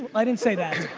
i didn't say that.